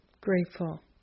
grateful